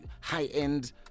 high-end